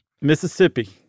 Mississippi